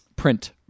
print